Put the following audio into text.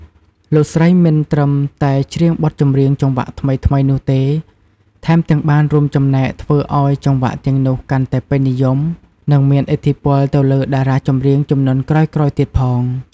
លោកស្រីមិនត្រឹមតែច្រៀងបទចម្រៀងចង្វាក់ថ្មីៗនោះទេ ថែមទាំងបានរួមចំណែកធ្វើឱ្យចង្វាក់ទាំងនោះកាន់តែពេញនិយម និងមានឥទ្ធិពលទៅលើតារាចម្រៀងជំនាន់ក្រោយៗទៀតផង។